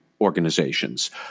organizations